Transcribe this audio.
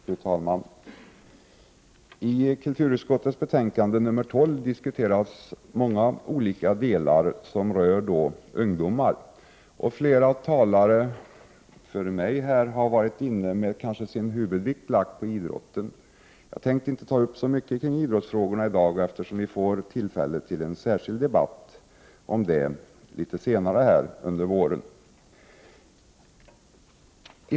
Fru talman! I kulturutskottets betänkande nr 12 diskuteras många olika områden som rör ungdomar. Flera talare har tidigare lagt huvudvikten vid idrotten. Jag avser inte att i dag ta upp så mycket kring idrottsfrågorna, eftersom vi senare under våren vid en särskild debatt får tillfälle att diskutera dem.